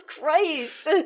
Christ